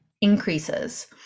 increases